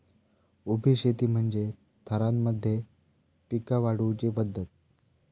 उभी शेती म्हणजे थरांमध्ये पिका वाढवुची पध्दत